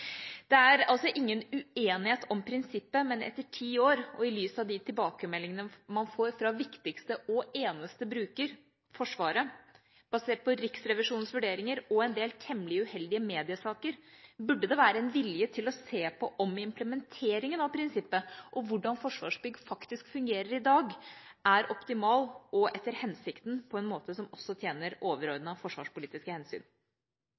Det er altså ingen uenighet om prinsippet, men etter ti år og i lys av de tilbakemeldingene man får fra viktigste og eneste bruker, Forsvaret, basert på Riksrevisjonens vurderinger og en del temmelig uheldige mediesaker, burde det være en vilje til å se på om implementeringen av prinsippet og hvordan Forsvarsbygg faktisk fungerer i dag er optimal og etter hensikten på en måte som også tjener overordnede forsvarspolitiske hensyn.